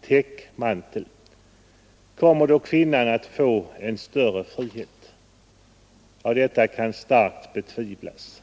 täckmantel. Kommer då kvinnan att få en större frihet? Ja, detta kan starkt betvivlas.